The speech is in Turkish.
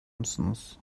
musunuz